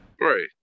Right